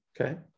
okay